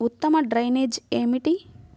ఉత్తమ డ్రైనేజ్ ఏమిటి?